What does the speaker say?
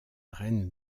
reine